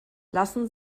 lassen